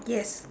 yes